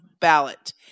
ballot